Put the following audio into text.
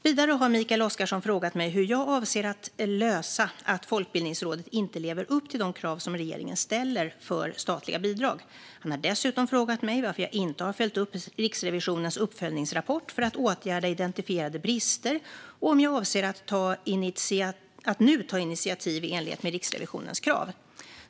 Vidare har Mikael Oscarsson frågat mig hur jag avser att lösa att Folkbildningsrådet inte lever upp till de krav som regeringen ställer för statliga bidrag. Han har dessutom frågat mig varför jag inte har följt upp Riksrevisionens uppföljningsrapport för att åtgärda identifierade brister och om jag avser att nu ta initiativ i enlighet med Riksrevisionens krav.